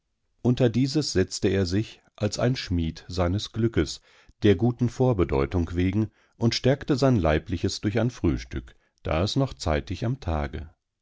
unter dieses setzte er sich als ein schmied seines glückes der guten vorbedeutung wegen und stärkte sein leibliches durch ein frühstück da es noch zeitig am tage